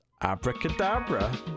abracadabra